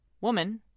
Woman